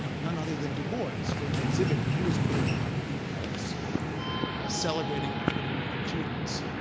ah none other than dubois for an exhibit that he was putting on in paris celebrating african american achievements.